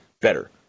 better